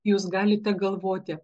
jūs galite galvoti